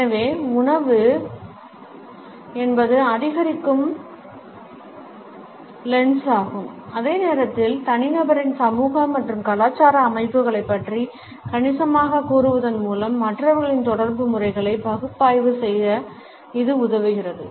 எனவே உணவு என்பது அதிகரிக்கும் லென்ஸாகும் அதே நேரத்தில் தனிநபரின் சமூக மற்றும் கலாச்சார அமைப்புகளைப் பற்றி கணிசமாகக் கூறுவதன் மூலம் மற்றவர்களின் தொடர்பு முறைகளை பகுப்பாய்வு செய்ய இது உதவுகிறது